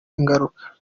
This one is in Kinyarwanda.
ingaruka